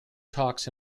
talks